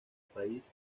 país